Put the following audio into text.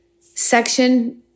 section